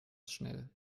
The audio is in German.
schnell